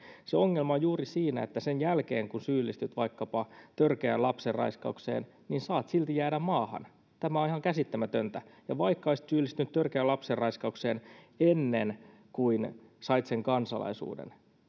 se ongelma on juuri siinä että sen jälkeen kun syyllistyt vaikkapa törkeään lapsen raiskaukseen saat silti jäädä maahan tämä on ihan käsittämätöntä ja vaikka olisit syyllistynyt törkeään lapsen raiskaukseen ennen kuin sait sen kansalaisuuden